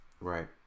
right